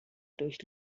durch